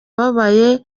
ababaye